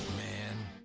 man.